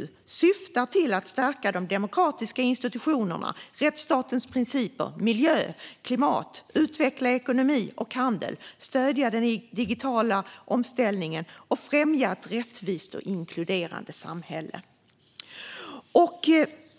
Det syftar till att stärka de demokratiska institutionerna, rättsstatens principer samt miljö och klimat. Det syftar till att utveckla ekonomi och handel, stödja den digitala omställningen och främja ett rättvist och inkluderande samhälle.